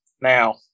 now